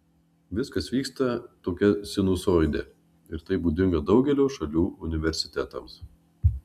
viskas vyksta tokia sinusoide ir tai būdinga daugelio šalių universitetams